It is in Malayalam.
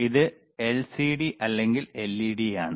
ഇത് എൽസിഡി അല്ലെങ്കിൽ എൽഇഡിയിലാണ്